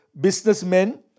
businessmen